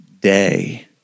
day